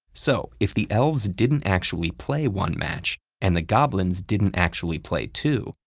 so if the elves didn't actually play one match, and the goblins didn't actually play two,